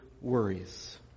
worries